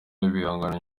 ibihangano